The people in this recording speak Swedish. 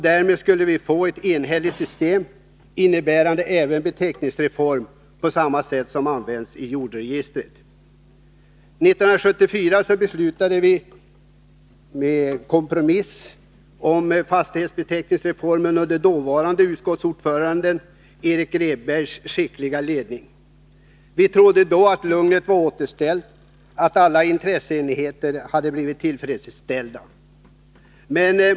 Därmed skulle vi få ett enhetligt system, innebärande även en beteckningsreform på samma sätt som i fråga om jordregistret. 1974 fattade vi beslut — efter kompromisser beträffande fastighetsbeteckningsreformen — under dåvarande utskottsordföranden Erik Grebäcks skickliga ledning. Vi trodde då att lugnet var återställt och att alla intressen hade blivit tillfredsställda.